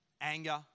Anger